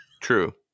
True